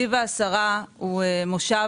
נתיב העשרה הוא מושב,